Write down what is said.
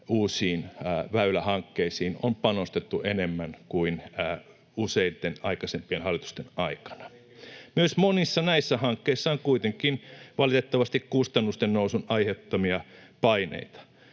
uusiin väylähankkeisiin on panostettu enemmän kuin useiden aikaisempien hallitusten aikana. Myös monissa näissä hankkeissa on kuitenkin valitettavasti kustannusten nousun aiheuttamia paineita.